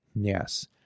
yes